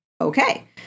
Okay